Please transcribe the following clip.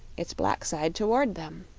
its black side toward them.